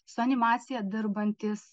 su animacija dirbantys